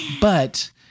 But-